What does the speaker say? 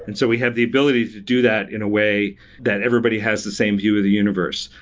and so, we have the ability to do that in a way that everybody has the same view of the universe.